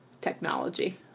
technology